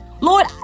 Lord